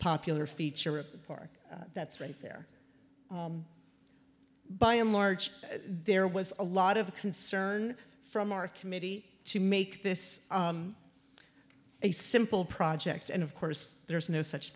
popular feature of the park that's right there by and large there was a lot of concern from our committee to make this a simple project and of course there's no such